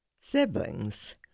siblings